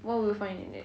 what would you find in it